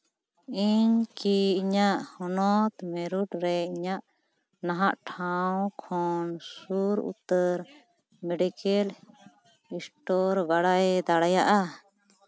ᱤᱧ ᱠᱤ ᱤᱧᱟᱹᱜ ᱦᱚᱱᱚᱛ ᱢᱮᱨᱩᱴ ᱨᱮ ᱤᱧᱟᱹᱜ ᱱᱟᱦᱟᱜ ᱴᱷᱟᱶ ᱠᱷᱚᱱ ᱥᱩᱨ ᱩᱛᱟᱹᱨ ᱢᱮᱰᱤᱠᱮᱞ ᱮᱥᱴᱳᱨ ᱵᱟᱲᱟᱭ ᱫᱟᱲᱮᱭᱟᱜᱼᱟ